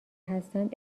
هستند